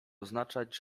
oznaczać